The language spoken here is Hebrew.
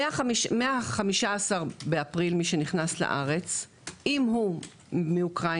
מ-15.4 מי שנכנס לארץ, אם הוא מרוסיה